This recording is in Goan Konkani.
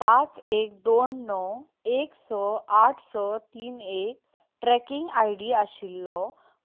पांच एक दोन णव एक स आठ स तीन एक ट्रॅकींग आय डी आशिल्लो